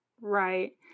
Right